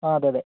ആ അതെയതെ